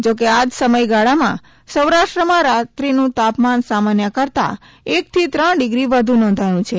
જોકે આજ સમયગાળામા સૌરાષ્ટ્રમા રાત્રીનુ તાપમાન સામાન્ય કરતા એક થી ત્રણ ડિગ્રી વધુ નોંધાયું છે